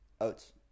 Oats